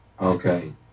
Okay